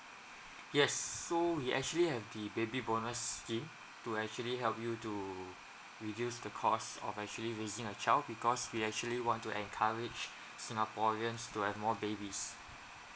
yes so we actually have the baby bonus scheme to actually help you to reduce the cost of actually raising a child because we actually want to encourage singaporeans to have more babies